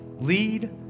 lead